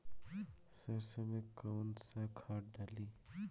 सरसो में कवन सा खाद डाली?